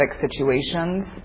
situations